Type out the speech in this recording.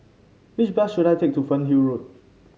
which bus should I take to Fernhill Road